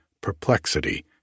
perplexity